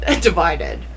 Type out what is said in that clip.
divided